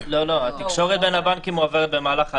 התקשורת בין הבנקים מועברת במהלך הלילה.